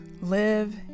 live